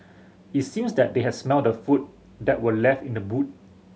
it seemed that they had smelt the food that were left in the boot